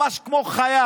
ממש כמו חיה.